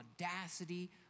audacity